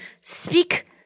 speak